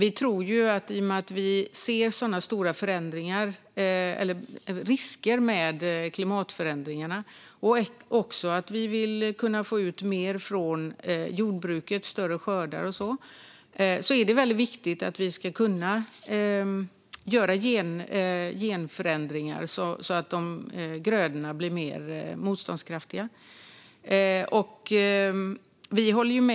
I och med att vi ser stora risker med klimatförändringarna och också vill kunna få ut mer från jordbruket, såsom större skördar, är det viktigt att vi kan göra genförändringar så att grödorna blir mer motståndskraftiga.